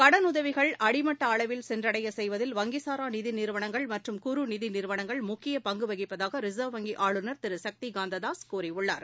கடனுதவிகள் அடிமட்ட அளவில் சென்றடைய செய்வதில் வங்கிசாரா நிதி நிறுவனங்கள் மற்றும் குறு நிதி நிறுவனங்கள் முக்கிய பங்கு வகிப்பதாக ரிச்வ் வங்கி ஆளுநர் திரு சக்திகாந்த தாஸ் கூறியுள்ளார்